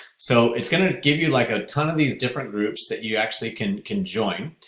so it's going to give you like a ton of these different groups that you actually can can join.